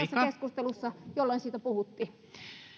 keskustelussa jossa siitä puhuttiin